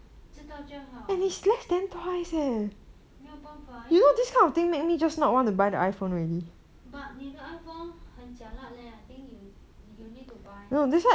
知道就好没有办法 but 你的 iPhone 很 jialat leh I think you need to buy